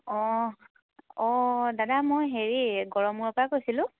অঁ অঁ দাদা মই হেৰি গৰমূৰৰপৰা কৈছিলোঁ